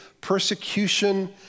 persecution